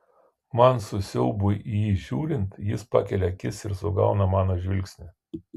man su siaubui į jį žiūrint jis pakelia akis ir sugauna mano žvilgsnį